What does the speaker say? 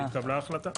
התקבלה החלטה.